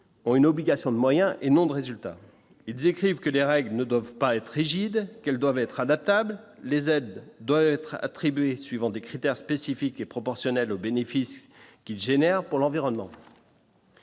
ont une obligation de moyens et non de résultats, ils écrivent que les règles ne doivent pas être rigide qu'elles doivent être adaptables, les aides doivent être attribués suivant des critères spécifiques est proportionnel aux bénéfices qu'il génère pour l'environnement.